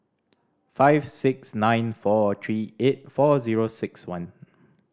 five six nine four three eight four zero six one